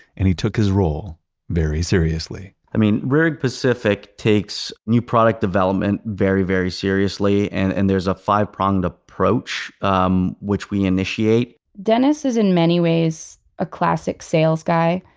and he took his role very seriously i mean, rehrig pacific takes new product development very, very seriously and and there's a five-pronged approach um which we initiate dennis is in many ways a classic sales guy.